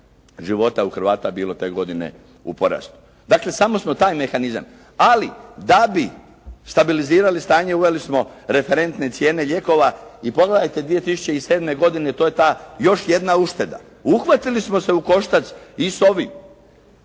života u Hrvata bilo te godine u porastu. Dakle samo smo taj mehanizam. Ali da bi stabilizirali stanje, uveli smo referentne cijene lijekova i pogledajte 2007. godine to je ta još jedna ušteda. Uhvatili smo se u koštac i s ovim